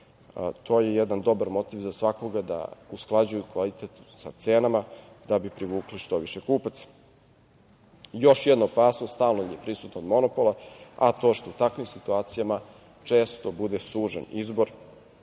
to je jedan dobar motiv za svakoga da usklađuje kvalitet sa cenama da bi privukli što više kupaca. Još jedna opasnost, stalan je pristup od monopola, a to što u takvim situacijama često bude sužen izbor